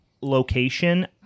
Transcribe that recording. location